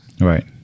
Right